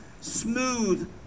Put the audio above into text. smooth